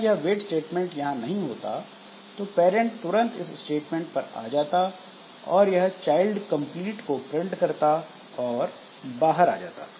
अगर यह wait statement यहां नहीं होता तो पैरेंट तुरंत इस स्टेटमेंट पर आ जाता और यह चाइल्ड कंप्लीट को प्रिंट करता और बाहर आ जाता